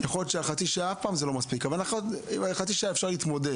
יכול להיות שעם חצי שעה אפשר להתמודד.